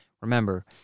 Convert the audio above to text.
Remember